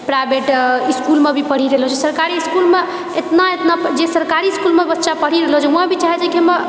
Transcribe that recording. private इसकुलमे भी पढ़ि रहलो सरकारी इसकुलमे इतना इतना जे सरकारी इसकुलमे बच्चा पढ़ि रहलो छै वहाँ भी चाहेै छै कि हमर